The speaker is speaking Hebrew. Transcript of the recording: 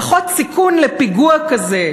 פחות סיכון של פיגוע כזה.